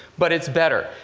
but it's better.